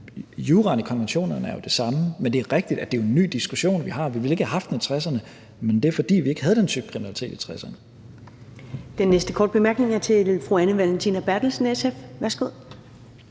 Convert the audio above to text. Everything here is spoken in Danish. Juraen i konventionerne er jo den samme, men det er rigtigt, at det jo er en ny diskussion, vi har. Vi ville ikke have haft den i 1960'erne, men det er, fordi vi ikke havde den type kriminalitet i 1960'erne. Kl. 13:24 Første næstformand (Karen Ellemann): Den næste korte bemærkning er til fru Anne Valentina Berthelsen, SF. Værsgo.